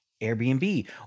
Airbnb